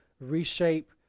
reshape